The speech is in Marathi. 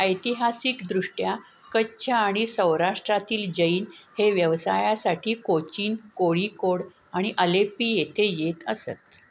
ऐतिहासिकदृष्ट्या कच्छ आणि सौराष्ट्रातील जैन हे व्यवसायासाठी कोचीन कोळीकोड आणि अलेपी येथे येत असत